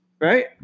right